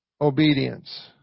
obedience